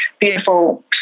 beautiful